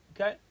Okay